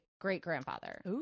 great-grandfather